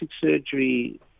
surgery